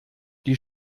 die